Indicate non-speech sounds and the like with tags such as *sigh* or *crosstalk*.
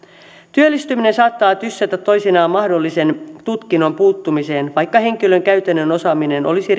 työllistyminen saattaa tyssätä toisinaan mahdollisen tutkinnon puuttumiseen vaikka henkilön käytännön osaaminen olisi *unintelligible*